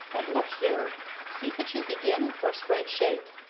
and look here see that you begin in first rate shape.